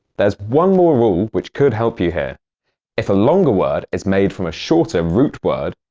there's one more rule which could help you here if a longer word is made from a shorter root word,